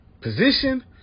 position